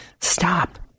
Stop